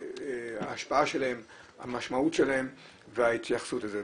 ההשפעה שלהם, המשמעות שלהם וההתייחסות לזה.